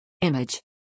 Image